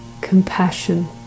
compassion